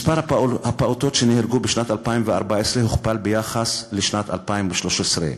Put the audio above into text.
מספר הפעוטות שנהרגו בשנת 2014 הוכפל ביחס לשנת 2013,